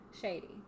shady